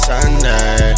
Sunday